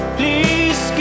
please